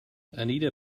anita